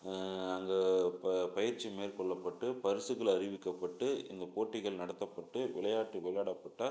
அங்கே இப்போ பயிற்சி மேற்கொள்ளப்பட்டு பரிசுகள் அறிவிக்கப்பட்டு இந்தப் போட்டிகள் நடத்தப்பட்டு விளையாட்டு விளையாடப்பட்டால்